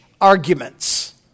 arguments